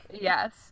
Yes